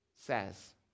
says